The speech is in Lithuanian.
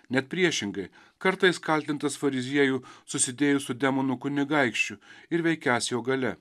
net priešingai kartais kaltintas fariziejų susidėjus su demonų kunigaikščiu ir veikiąs jo galia